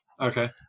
okay